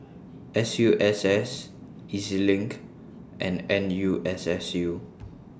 S U S S E Z LINK and N U S S U